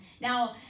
now